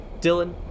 Dylan